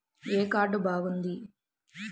ఏ card బాగుంది?